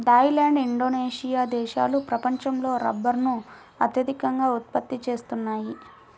Thai land, Indonesia దేశాలు ప్రపంచంలో రబ్బరును అత్యధికంగా ఉత్పత్తి చేస్తున్నాయి